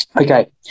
okay